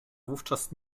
wówczas